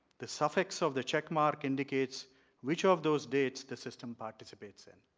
the suffix of the checkmark indicates which of those dates the system participates in.